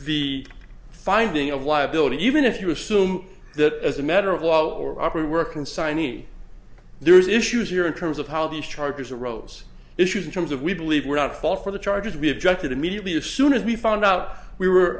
the finding of liability even if you assume that as a matter of law or operate we're consignee there's issues here in terms of how these charges arose issues in terms of we believe we're not fall for the charges we objected immediately as soon as we found out we were